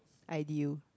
ideal